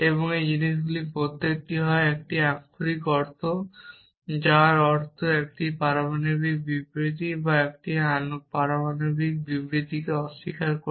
এবং এই জিনিসগুলির প্রত্যেকটি হয় একটি আক্ষরিক যার অর্থ একটি পারমাণবিক বিবৃতি বা একটি পারমাণবিক বিবৃতিকে অস্বীকার করা